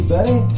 Buddy